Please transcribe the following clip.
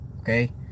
Okay